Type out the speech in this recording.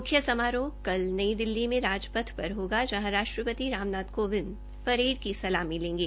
मुख्य समारोह कल नई दिल्ली में राजपथ पर होगा जहां राष्ट्रपति रामनाथ काविंद परेड की सलामी लेंगे